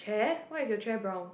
eh why is your chair brown